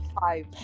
five